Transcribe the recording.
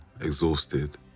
exhausted